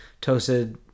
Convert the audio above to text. Toasted